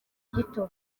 gito